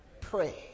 pray